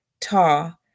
Ta